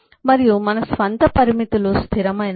మరియు మన స్వంత పరిమితులు స్థిరమైనవి